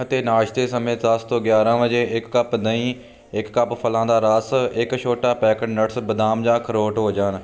ਅਤੇ ਨਾਸ਼ਤੇ ਸਮੇਂ ਦਸ ਤੋਂ ਗਿਆਰਾਂ ਵਜੇ ਇੱਕ ਕੱਪ ਦਹੀਂ ਇੱਕ ਕੱਪ ਫਲਾਂ ਦਾ ਰਸ ਇੱਕ ਛੋਟਾ ਪੈਕਟ ਨਟਸ ਬਦਾਮ ਜਾਂ ਅਖਰੋਟ ਹੋ ਜਾਣ